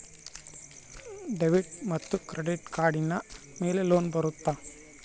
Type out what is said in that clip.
Debit ಮತ್ತು credit ಕಾರ್ಡಿನ ಮೇಲೆ ಲೋನ್ ಬರುತ್ತಾ?